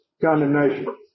condemnation